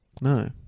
No